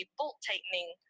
bolt-tightening